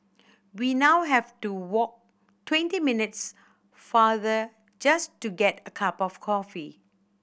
we now have to walk twenty minutes farther just to get a cup of coffee